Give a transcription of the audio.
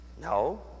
No